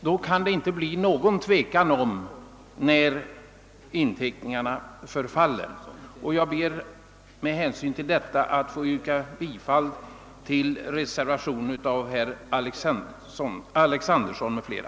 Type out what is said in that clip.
Då kan det inte bli någon tvekan om när inteckningen förfaller. Jag ber, herr talman, med det anförda att få yrka bifall till reservationen av herr Alexanderson m.fl.